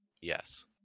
Yes